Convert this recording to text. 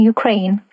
Ukraine